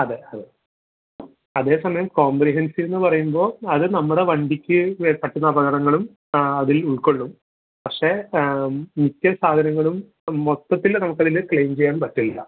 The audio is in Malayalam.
അതെ അതെ അതേസമയം കോമ്പ്രിഹെൻസീവ്ന്ന് പറയുമ്പോൾ അത് നമ്മുടെ വണ്ടിക്ക് വേ പറ്റുന്ന അപകടങ്ങളും അതിൽ ഉൾക്കൊള്ളും പക്ഷേ മിക്ക സാധനങ്ങളും മൊത്തത്തിൽ നമുക്കതിനെ ക്ലെയിം ചെയ്യാമ്പറ്റില്ല